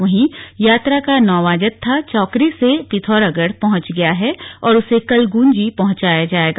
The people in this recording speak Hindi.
वहीं यात्रा का नौवां जत्था चौकरी से पिथौरागढ पहुंच गया है और उसे कल गुंजी पहुंचाया जायेगा